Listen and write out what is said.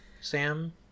Sam